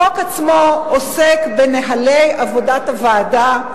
החוק עצמו עוסק בנוהלי עבודת הוועדה,